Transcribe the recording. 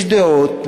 יש דעות,